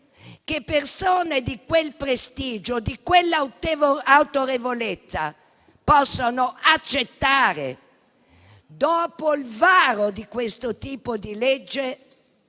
che persone di quel prestigio e di quell'autorevolezza possano accettare, dopo il varo di questo tipo di legge,